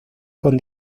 con